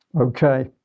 Okay